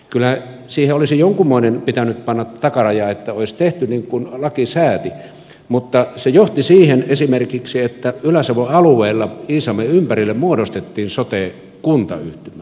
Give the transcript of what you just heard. kyllähän siihen olisi jonkunmoinen takaraja pitänyt panna että olisi tehty niin kuin laki sääti mutta se johti esimerkiksi siihen että ylä savon alueella iisalmen ympärille muodostettiin sote kuntayhtymä